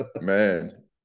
man